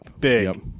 big